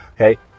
Okay